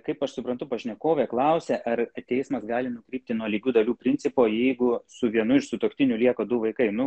kaip aš suprantu pašnekovė klausė ar teismas gali nukrypti nuo lygių dalių principo jeigu su vienu iš sutuoktinių lieka du vaikai nu